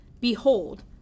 Behold